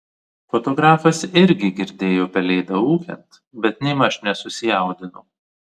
fotografas irgi girdėjo pelėdą ūkiant bet nėmaž nesusijaudino